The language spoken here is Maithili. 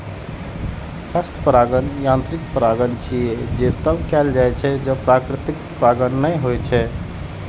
हस्त परागण यांत्रिक परागण छियै, जे तब कैल जाइ छै, जब प्राकृतिक परागण नै होइ छै